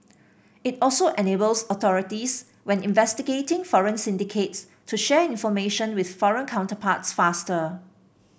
it also enables authorities when investigating foreign syndicates to share information with foreign counterparts faster